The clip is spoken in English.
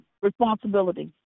responsibility